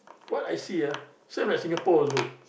what I see ah same as Singapore also